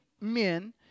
men